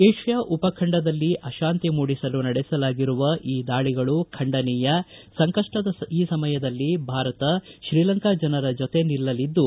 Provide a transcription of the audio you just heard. Asia ಉಪಖಂಡದಲ್ಲಿ ಅತಾಂತಿ ಮೂಡಿಸಲು ನಡೆಸಲಾಗಿರುವ ಈ ದಾಳಿಗಳು ಖಂಡನೀಯ ಸಂಕಪ್ಪದ ಈ ಸಮಯದಲ್ಲಿ ಭಾರತ ಶ್ರೀಲಂಕಾ ಜನರ ಜತೆ ನಿಲ್ಲಲಿದ್ದು